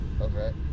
Okay